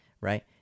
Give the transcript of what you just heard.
right